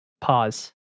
Pause